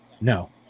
no